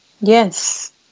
Yes